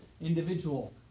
individual